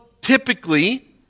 typically